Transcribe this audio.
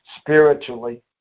spiritually